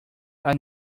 are